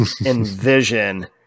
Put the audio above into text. envision